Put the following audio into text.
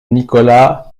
nicolas